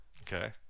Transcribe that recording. Okay